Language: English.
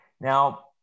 Now